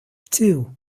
two